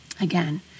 Again